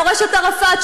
מורשת ערפאת,